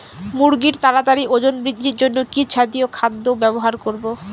মুরগীর তাড়াতাড়ি ওজন বৃদ্ধির জন্য কি জাতীয় খাদ্য ব্যবহার করব?